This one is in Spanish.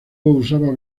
usaba